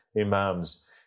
imams